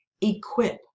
equip